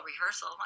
rehearsal